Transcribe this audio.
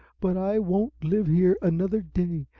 but i won't live here another day.